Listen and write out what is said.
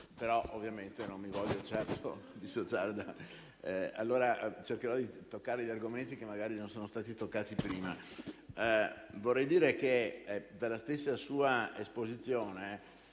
dalla stessa sua esposizione,